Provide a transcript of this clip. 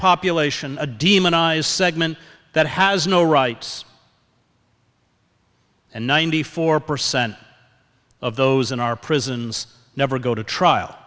population a demonize segment that has no rights and ninety four percent of those in our prisons never go to trial